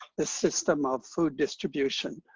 this system of food distribution,